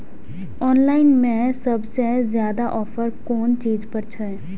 Online में सबसे ज्यादा ऑफर कोन चीज पर छे?